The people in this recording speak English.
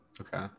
okay